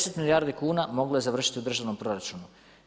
10 milijardi kuna moglo je završiti u državnom proračunu.